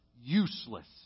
useless